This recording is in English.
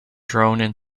drone